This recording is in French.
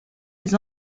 les